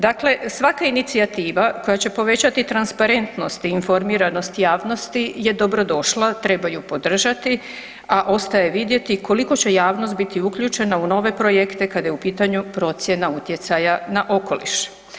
Dakle, svaka inicijativa koja će povećati transparentnost i informiranost javnosti je dobrodošla, treba ju podržati, ostaje vidjeti koliko će javnost biti uključena u nove projekte kada je u pitanju procjena utjecaja na okoliš.